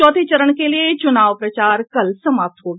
चौथे चरण के लिये चुनाव प्रचार कल समाप्त हो गया